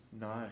No